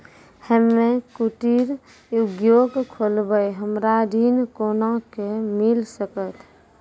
हम्मे कुटीर उद्योग खोलबै हमरा ऋण कोना के मिल सकत?